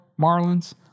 Marlins